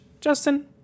justin